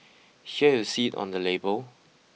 here you see on the label